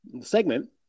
segment